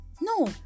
No